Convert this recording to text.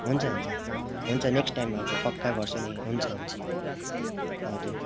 हुन्छ हुन्छ हुन्छ नेक्स्ट टाइम हजुर पक्का गर्छु नि हुन्छ हुन्छ हजुर